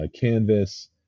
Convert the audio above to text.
canvas